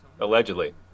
allegedly